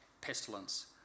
pestilence